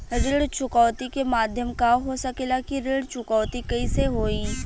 ऋण चुकौती के माध्यम का हो सकेला कि ऋण चुकौती कईसे होई?